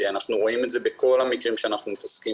אנחנו רואים את זה בכל המקרים שאנחנו מתעסקים